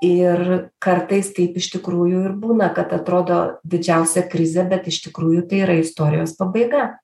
ir kartais taip iš tikrųjų ir būna kad atrodo didžiausia krizė bet iš tikrųjų tai yra istorijos pabaiga